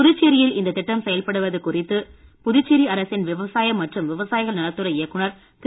புதுச்சேரியில் இந்த திட்டம் செயல்படுவது குறித்து புதுச்சேரி அரசின் விவசாய மற்றும் விவசாயிகள் நலத் துறை இயக்குநர் திரு